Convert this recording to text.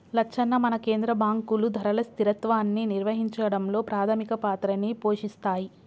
లచ్చన్న మన కేంద్ర బాంకులు ధరల స్థిరత్వాన్ని నిర్వహించడంలో పాధమిక పాత్రని పోషిస్తాయి